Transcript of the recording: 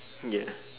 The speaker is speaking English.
ya